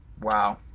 wow